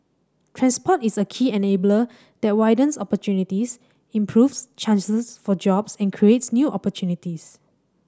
transport is a key enabler that widens opportunities improves chances for jobs and creates new opportunities